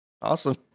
awesome